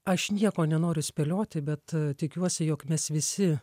aš nieko nenoriu spėlioti bet tikiuosi jog mes visi